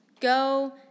Go